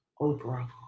Oprah